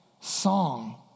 song